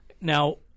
Now